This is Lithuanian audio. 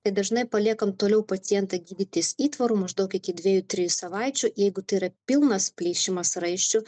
tai dažnai paliekam toliau pacientą gydytis įtvaru maždaug iki dviejų trijų savaičių jeigu tai yra pilnas plyšimas raiščių